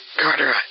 Carter